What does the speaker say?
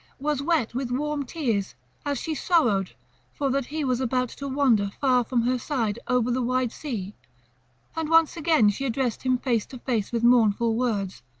was wet with warm tears as she sorrowed for that he was about to wander far from her side over the wide sea and once again she addressed him face to face with mournful words,